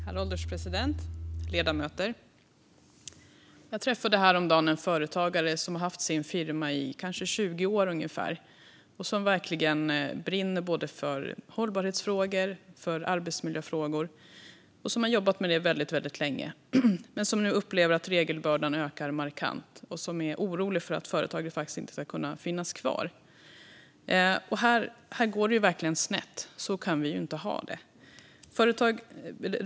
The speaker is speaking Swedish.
Herr ålderspresident och ledamöter! Jag träffade häromdagen en företagare som har haft sin firma i ungefär 20 år, som verkligen brinner för hållbarhetsfrågor och arbetsmiljöfrågor och som har jobbat med det väldigt länge men som nu upplever att regelbördan ökar markant och är orolig för att företaget inte ska kunna finnas kvar. Här går det verkligen snett. Så kan vi ju inte ha det.